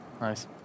Nice